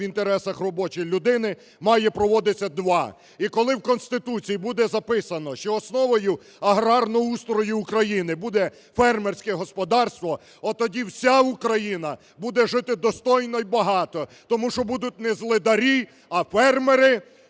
в інтересах робочої людини має проводитися – два. І коли в Конституції буде записано, що основою аграрного устрою України буде фермерське господарство, от тоді вся Україна буде жити достойно і багато, тому що будуть не злидарі, а фермери,